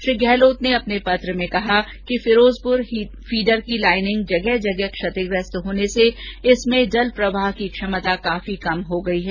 श्री गहलोत ने अपने पत्र में कहा कि फिरोजपुर फीडर की लाइनिंग जगह जगह क्षतिग्रस्त होने से इसमें जल प्रवाह की क्षमता काफी कम हो गई है